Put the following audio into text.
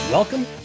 Welcome